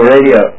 Radio